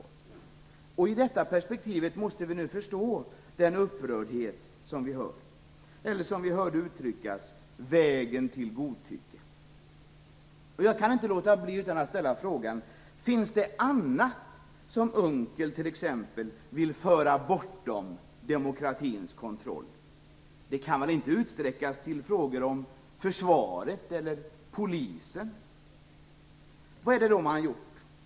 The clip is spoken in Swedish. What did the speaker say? Det är i detta perspektiv vi måste förstå den upprördhet som vi hörde uttryckas - "vägen till godtycke". Jag kan inte låta bli att ställa frågan: Finns det annat som t.ex. Per Unckel vill föra bortom demokratins kontroll? Det kan väl inte utsträckas till frågor om försvaret eller Polisen? Vad är det då man gjort?